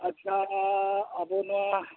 ᱟᱪᱪᱷᱟ ᱟᱵᱚ ᱱᱚᱣᱟ